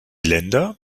länder